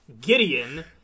Gideon